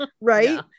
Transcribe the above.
right